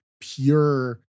pure